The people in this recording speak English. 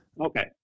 Okay